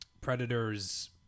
Predators